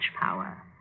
power